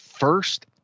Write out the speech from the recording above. First